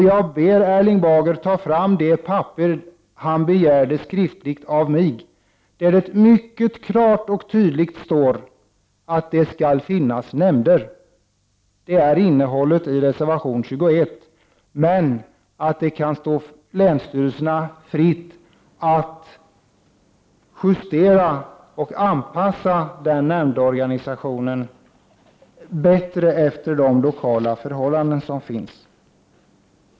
Jag ber Erling Bager att ta fram det papper han begärde av mig, på vilket mycket klart och tydligt står att det skall finnas nämnder. Det är innehållet i reservation 21. Men det kan stå länsstyrelserna fritt att justera och anpassa nämndorganisationen efter de lokala förhållandena.